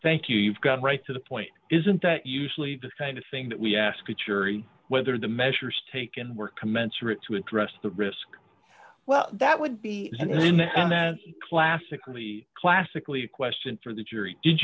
thank you you've got right to the point isn't that usually does kind of thing that we ask a cheery whether the measures taken were commensurate to address the risk well that would be classically classically a question for the jury did